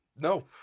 No